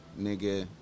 nigga